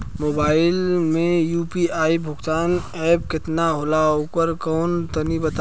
Mobile म UPI भुगतान app केतना होला आउरकौन कौन तनि बतावा?